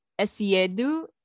Esiedu